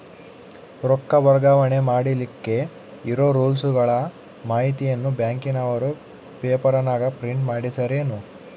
ರೊಕ್ಕ ವರ್ಗಾವಣೆ ಮಾಡಿಲಿಕ್ಕೆ ಇರೋ ರೂಲ್ಸುಗಳ ಮಾಹಿತಿಯನ್ನ ಬ್ಯಾಂಕಿನವರು ಪೇಪರನಾಗ ಪ್ರಿಂಟ್ ಮಾಡಿಸ್ಯಾರೇನು?